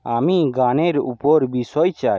আমি গানের উপর বিষয় চাই